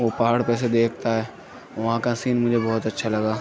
وہ پہاڑ پے سے دیکھتا ہے وہاں کا سین مجھے بہت اچھا لگا